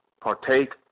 partake